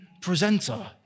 presenter